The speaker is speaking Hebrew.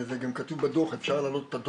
וגם כתוב בדו"ח ששלחתי.